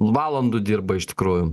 valandų dirba iš tikrųjų